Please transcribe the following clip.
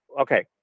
okay